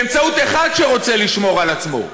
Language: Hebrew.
באמצעות אחד שרוצה לשמור על עצמו.